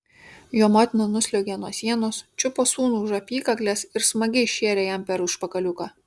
jo motina nusliuogė nuo sienos čiupo sūnų už apykaklės ir smagiai šėrė jam per užpakaliuką